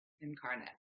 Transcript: incarnate